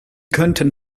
könnten